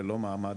ללא מעמד,